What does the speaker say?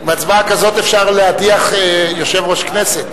עם הצבעה כזאת אפשר להדיח יושב-ראש כנסת,